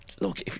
Look